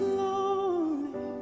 lonely